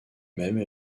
même